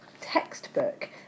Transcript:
textbook